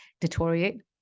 deteriorate